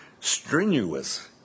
strenuous